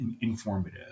informative